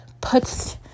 puts